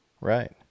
Right